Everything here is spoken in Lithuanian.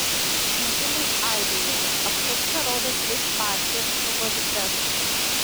rinkimai airijoje apklausa rodo tris partijas favorites